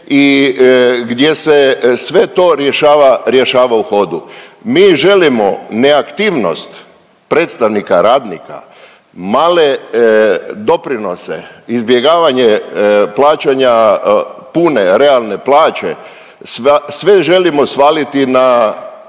i gdje se sve to rješava u hodu. Mi želimo neaktivnost predstavnika radnika, male doprinose, izbjegavanje plaćanja pune realne plaće, sve želimo svaliti na